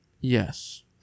Yes